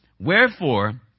Wherefore